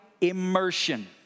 immersion